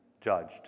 judged